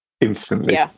Instantly